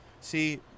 See